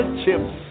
chips